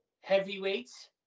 Heavyweights